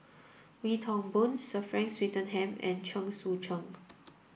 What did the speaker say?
Wee Toon Boon Sir Frank Swettenham and Chen Sucheng